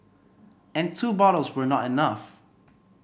and two bottles were not enough